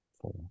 four